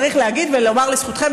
צריך להגיד ולומר לזכותכם,